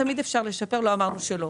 תמיד אפשר לשפר, לא אמרנו שלא.